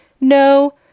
No